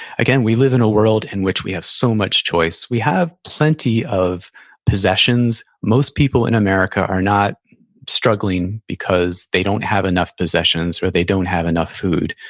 again, we live in a world in which we have so much choice. we have plenty of possessions. most people in america are not struggling because they don't have enough possessions or they don't have enough food.